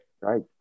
Right